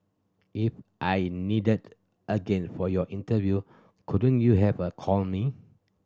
if I'm needed again for your interview couldn't you have a called me